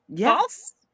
false